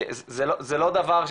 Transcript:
זה לא דבר,